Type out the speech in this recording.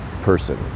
person